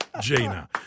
Jaina